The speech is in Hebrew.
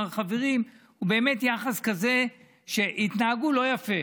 החברים הוא באמת יחס כזה שהתנהגו לא יפה.